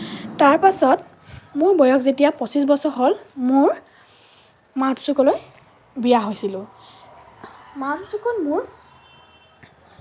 তাৰ পাছত মোৰ বয়স যেতিয়া পঁচিছ বছৰ হ'ল মোৰ মাকচুকলৈ বিয়া হৈছিলোঁ মাকচুকত মোৰ